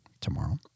tomorrow